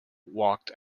walked